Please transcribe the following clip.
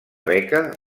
beca